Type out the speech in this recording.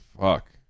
fuck